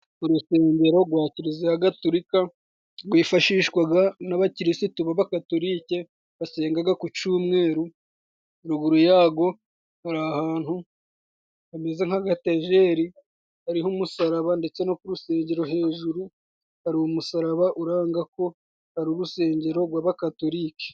Urusengero rwa kiriziya gatorika rwifashishwaga n'abakirisitu b'abakatorike basengaga ku cumweru, ruguru yago hari ahantu hameze nk'agatejeri, hariho umusaraba, ndetse no ku rusengero hejuru hari umusaraba uranga ko hari urusengero rw'abakatorike.